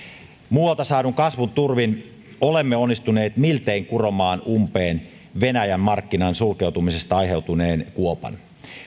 muualta saadun kasvun turvin olemme onnistuneet miltei kuromaan umpeen venäjän markkinan sulkeutumisesta aiheutuneen kuopan